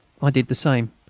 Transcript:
i did the same,